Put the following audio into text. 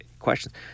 questions